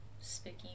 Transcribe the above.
spooky